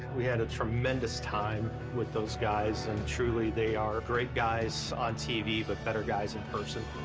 we had a tremendous time with those guys. and truly, they are great guys on tv, but better guys in person.